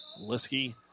Liskey